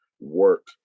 work